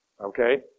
Okay